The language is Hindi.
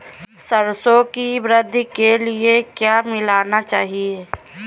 सरसों की वृद्धि के लिए क्या मिलाना चाहिए?